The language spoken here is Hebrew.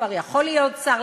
דב חנין, חברי כנסת נפלאים,